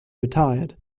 retired